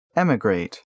emigrate